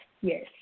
yes